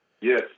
Yes